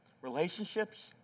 relationships